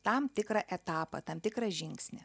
tam tikrą etapą tam tikrą žingsnį